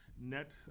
net